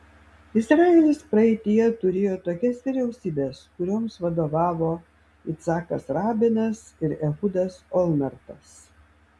izraelis praeityje turėjo tokias vyriausybes kurioms vadovavo yitzhakas rabinas ir ehudas olmertas